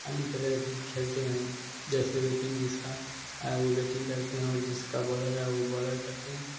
अन्य प्लेयर भी खेलते हैं जैसे वेटिंग जिसका आए वह वेटिंग करते हैं और जिसका बोल्लर आए वह बोलर करते हैं